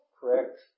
correct